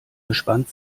gespannt